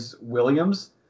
Williams